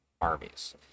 armies